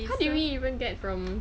how did you even get from